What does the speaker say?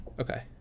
Okay